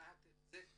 לקחת את זה כזכות,